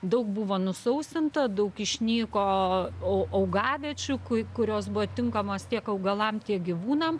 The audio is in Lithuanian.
daug buvo nusausinta daug išnyko au augaviečių ku kurios buvo tinkamos tiek augalam tiek gyvūnam